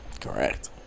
Correct